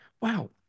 wow